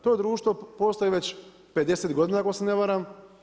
To društvo postoji već 50 godina ako se ne varam.